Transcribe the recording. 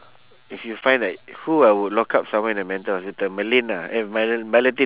if you find like who I would lock up someone in a mental hospital merlin lah eh mel~ meladine